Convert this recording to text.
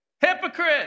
hypocrite